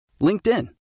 LinkedIn